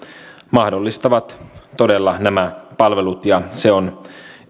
mahdollistavat todella nämä palvelut ja se on